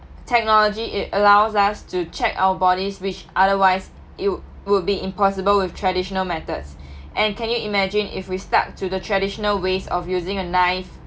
technology it allows us to check our bodies which otherwise it wo~ would be impossible with traditional methods and can you imagine if we stuck to the traditional ways of using a knife